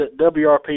WRP